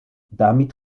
damit